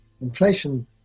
Inflation